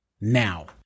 now